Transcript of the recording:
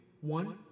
One